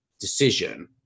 decision